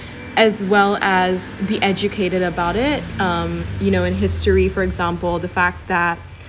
as well as be educated about it um you know in history for example the fact that